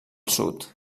sud